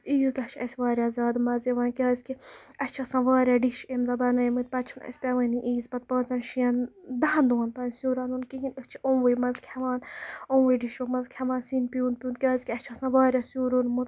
یوٗتاہ چھُ اَسہِ واریاہ زیادٕ مَزٕ یِوان کیازِ کہِ اَسہِ چھِ آسان واریاہ ڈِش اَمہِ دۄہ بَنٲیمٕتۍ پَتہٕ چھُ نہٕ اَسہِ پیوٲنی عیٖز پٮ۪ٹھ پاںژن شین دَہن دۄہَن تان سیُن رَنُن کِہینۍ تہِ أسۍ چھِ یِموٕے منٛز کھٮ۪وان یِموٕے ڈِشن منٛز کھٮ۪وان سِنۍ پیوٗت پیوٗت کیازِ کہِ اَسہِ چھُ آسان واریاہ سیُن روٚنمُت